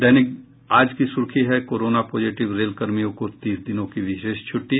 दैनिक आज की सुर्खी है कोरोना पॉजिटिव रेल कर्मियों को तीस दिनों की विशेष छुट्टी